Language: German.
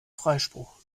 freispruch